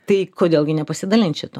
tai kodėl gi nepasidalinti šituo